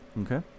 Okay